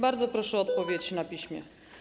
Bardzo proszę o odpowiedź na piśmie.